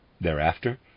Thereafter